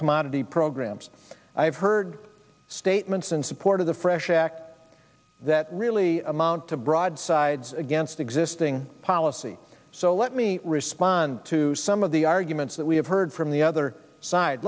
commodity programs i've heard statements in support of the fresh act that really amount to broadsides against existing policy so let me respond to some of the arguments that we have heard from the other side